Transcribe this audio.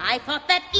i put that